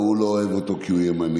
ההוא לא אוהב אותו כי הוא ימני,